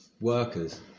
workers